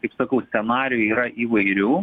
kaip sakau scenarijų yra įvairių